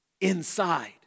Inside